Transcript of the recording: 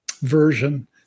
version